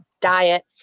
diet